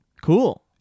Cool